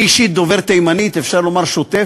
אני, אישית, דובר תימנית, אפשר לומר שוטף.